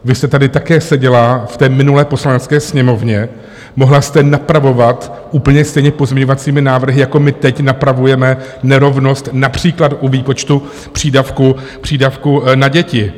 Vy jste tady také seděla v minulé Poslanecké sněmovně, mohla jste napravovat úplně stejně pozměňovacími návrhy, jako my teď napravujeme nerovnost například u výpočtu přídavku na děti.